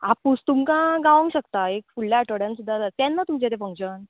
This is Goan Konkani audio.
आपूस तुमकां गावोंग शकता एक फुडल्या आठवड्यान सुद्दां जा केन्ना तुमचें तें फंक्शन